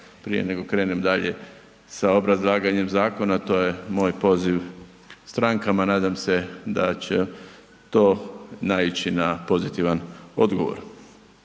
prije nego krenem dalje sa obrazlaganjem zakona, to je moj poziv strankama, nadam se da će to naići na pozitivan odgovor.